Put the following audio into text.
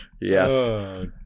Yes